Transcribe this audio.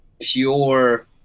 pure